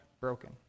broken